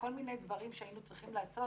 כל מיני דברים שהיינו צריכים לעשות,